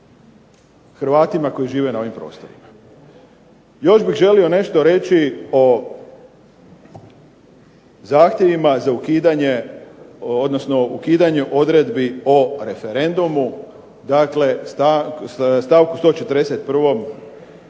Hrvatima koji žive na ovim prostorima. Još bih želio nešto reći o zahtjevima za ukidanje, odnosno ukidanje odredbi o referendumu, dakle st. 141.